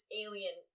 alien